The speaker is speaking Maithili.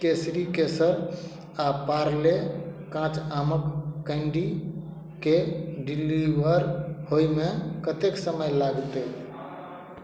केसरी केसर आ पार्ले काँच आमक कैंडीके डिलीवर होयमे कतेक समय लगतै